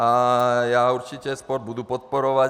A já určitě sport budu podporovat.